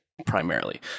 Primarily